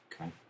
Okay